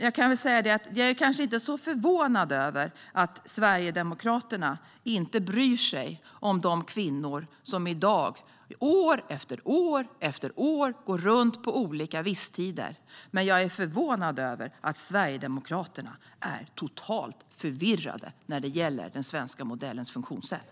Jag är kanske inte så förvånad över att Sverigedemokraterna inte bryr sig om de kvinnor som i dag går runt år efter år på olika visstider. Men jag är förvånad över att Sverigedemokraterna är totalt förvirrade när det gäller den svenska modellens funktionssätt.